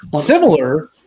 Similar